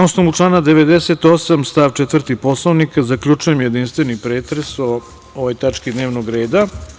Na osnovu člana 98. stav 4. Poslovnika zaključujem jedinstveni pretres o ovoj tački dnevnog reda.